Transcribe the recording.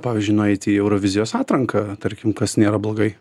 pavyzdžiui nueiti į eurovizijos atranką tarkim kas nėra blogai